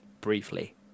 briefly